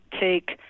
take